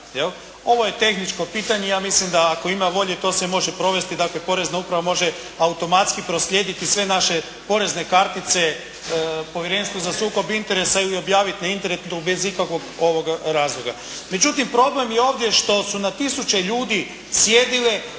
Ovo je tehničko pitanje i ja mislim da ako ima volje to se može provesti. Dakle Porezna uprava može automatski proslijediti sve naše porezne kartice Povjerenstvu za sukob interesa ili objaviti na internetu bez ikakvog razloga. Međutim problem je ovdje što su na tisuće ljudi sjedile